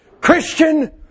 Christian